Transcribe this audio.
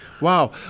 Wow